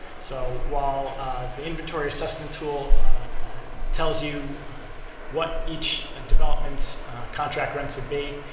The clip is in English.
so while the inventory assessment tool tells you what each and development's contract rents would be,